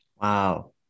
Wow